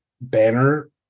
banner